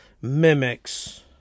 mimics